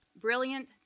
brilliant